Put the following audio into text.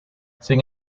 sin